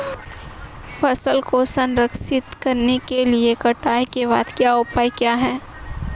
फसल को संरक्षित करने के लिए कटाई के बाद के उपाय क्या हैं?